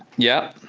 yeah,